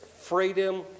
freedom